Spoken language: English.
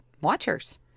watchers